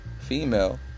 female